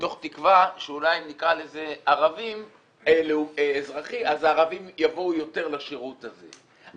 מתוך תקווה שאולי אם נקרא לזה אזרחי אז הערבים יבואו יותר לשירות הזה.